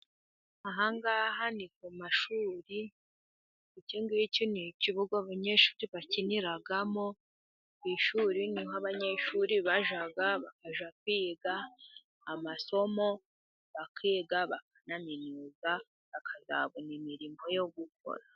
Ahangaha ni ku mashuri. ikingiki ni ikibuga abanyeshuri bakiniramo. Ku ishuri ni ho abanyeshuri bajya bakajya kwiga amasomo, bakiga bakanaminuza bakazabona imirimo yo gukora.